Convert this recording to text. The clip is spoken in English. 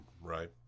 right